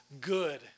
good